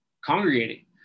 congregating